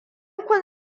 kun